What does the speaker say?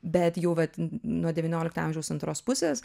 bet jau vat nuo devyniolikto amžiaus antros pusės